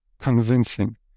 convincing